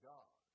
God